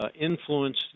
influence